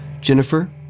Jennifer